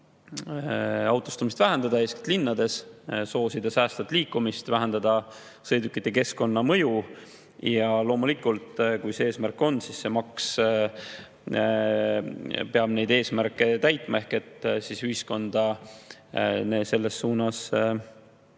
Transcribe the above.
autostumist vähendada, eeskätt linnades, soosida säästvat liikumist ja vähendada sõidukite keskkonnamõju. Loomulikult, kui see eesmärk on, siis see maks peab neid eesmärke täitma ehk ühiskonda selles suunas